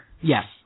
Yes